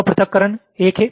तो पृथक्करण 1 है